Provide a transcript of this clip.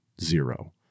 zero